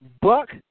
Buck